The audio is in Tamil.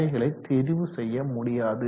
அவைகளை தெரிவு செய்ய முடியாது